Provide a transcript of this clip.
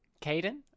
Caden